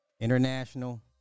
international